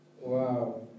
Wow